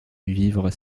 vivre